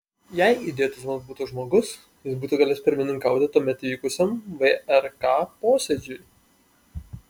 jei idiotizmas būtų žmogus jis būtų galėjęs pirmininkauti tuomet įvykusiam vrk posėdžiui